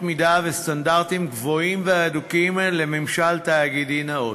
מידה וסטנדרטים גבוהים והדוקים לממשל תאגידי נאות,